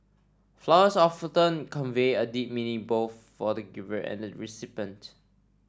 flowers often convey a deep meaning both for the giver and the recipient